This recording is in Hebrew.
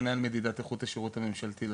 מנהל מדידת איכות השירות הממשלתי לציבור.